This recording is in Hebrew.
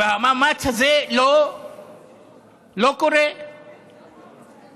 והמאמץ הזה לא קורה מספיק.